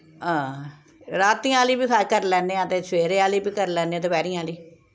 हां रातीं आह्ली बी करी लैन्ने आं ते सबेरे आह्ली बी करी लैन्ने आं दपैह्री आह्ली